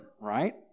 right